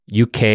UK